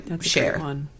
share